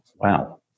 Wow